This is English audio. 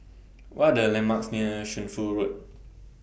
What Are The landmarks near Shunfu Road